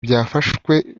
byafashwe